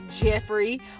Jeffrey